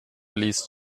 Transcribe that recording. ließ